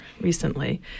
recently